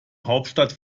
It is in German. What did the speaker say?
hauptstadt